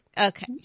Okay